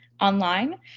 online